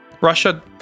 Russia